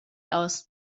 aus